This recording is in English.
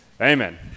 Amen